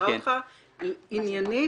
מחזירה אותך להכנסות המדינה.